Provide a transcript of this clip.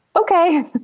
okay